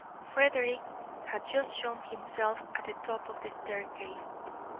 frederick had just shown himself at the top of the staircase.